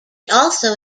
also